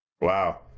Wow